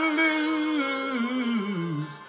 lose